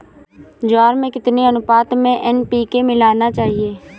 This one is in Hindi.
ज्वार में कितनी अनुपात में एन.पी.के मिलाना चाहिए?